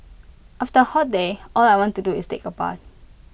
after A hot day all I want to do is take A bath